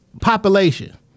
population